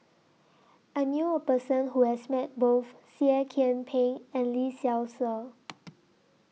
I knew A Person Who has Met Both Seah Kian Peng and Lee Seow Ser